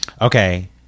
Okay